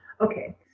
okay